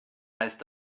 heißt